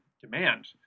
demand